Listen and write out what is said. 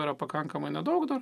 yra pakankamai nedaug dar